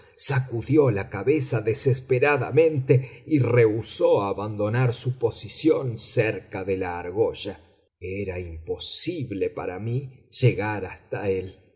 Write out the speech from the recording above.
sacudió la cabeza desesperadamente y rehusó abandonar su posición cerca de la argolla era imposible para mí llegar hasta él